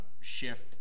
shift